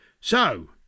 So